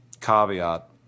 caveat